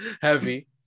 heavy